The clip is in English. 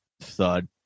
thud